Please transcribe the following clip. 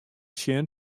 sjen